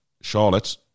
charlotte